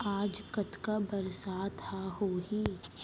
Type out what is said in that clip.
आज कतका बरसात ह होही?